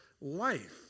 life